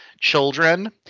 children